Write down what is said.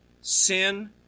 Sin